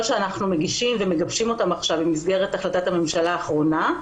שאנחנו מגישים ומגבשים עכשיו במסגרת החלטת הממשלה האחרונה,